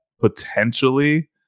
potentially